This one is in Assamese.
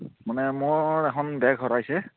মানে মোৰ এখন বেগ হেৰাইছে